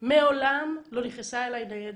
ומעולם לא נכנסה אלי ניידת,